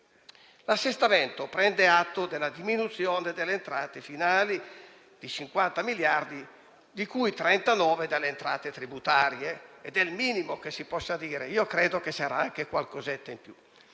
L'assestamento prende atto della diminuzione delle entrate finali di 50 miliardi, di cui 39 dalle entrate tributarie, ed è il minimo che si possa dire (credo che sarà anche qualcosa in più).